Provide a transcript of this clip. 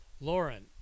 Lauren